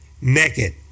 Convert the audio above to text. naked